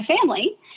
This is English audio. family